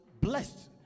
blessed